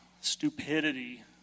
stupidity